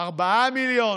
4 מיליון.